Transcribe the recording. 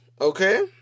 okay